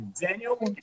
Daniel